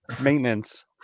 maintenance